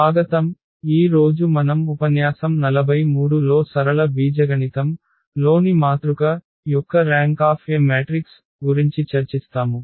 స్వాగతంఈ రోజు మనం ఉపన్యాసం 43 లో సరళ బీజగణితం లోని మాతృక యొక్క ర్యాంక్ ఆఫ్ ఎ మ్యాట్రిక్స్ గురించి చర్చిస్తాము